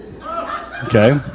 Okay